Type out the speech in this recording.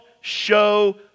show